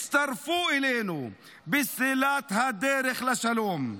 הצטרפו אלינו בסלילת הדרך לשלום.